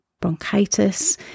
bronchitis